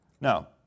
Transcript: Now